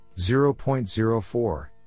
0.04